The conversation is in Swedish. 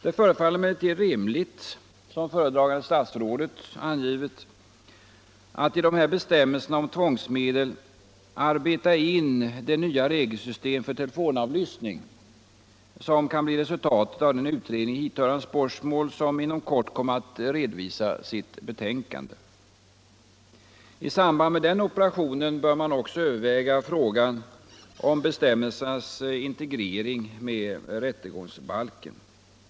Det förefaller mig emellertid rimligt — som föredragande statsrådet angivit — att i dessa bestämmelser om tvångsmedel arbeta in det nya regelsystem för telefonavlyssning som kan bli resultatet av arbetet i den utredning i hithörande spörsmål som inom kort kommer att redovisa sitt betänkande. I samband med den operationen bör man också överväga frågan om bestämmelsernas integrering med rättegångsbalken.